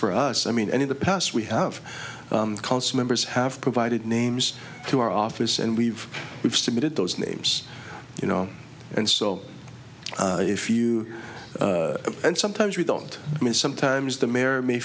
for us i mean and in the past we have council members have provided names to our office and we've we've submitted those names you know and so if you and sometimes we don't i mean sometimes the mayor may